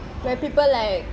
where people like